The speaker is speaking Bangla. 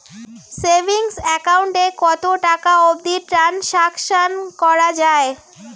সেভিঙ্গস একাউন্ট এ কতো টাকা অবধি ট্রানসাকশান করা য়ায়?